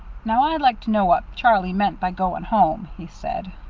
now, i'd like to know what charlie meant by going home, he said.